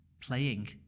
playing